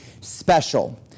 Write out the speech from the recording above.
special